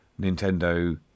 Nintendo